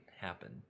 happen